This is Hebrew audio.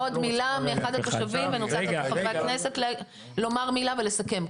עוד מילה מאחד התושבים ואני רוצה לתת לחברי הכנסת לומר מילה ולסכם.